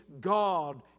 God